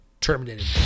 terminated